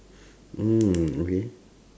mm okay